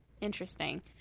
Interesting